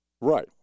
Right